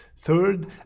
third